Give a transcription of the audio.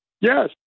Yes